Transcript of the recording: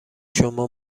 شما